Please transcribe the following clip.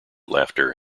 laughter